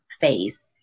phase